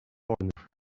foreigner